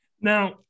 Now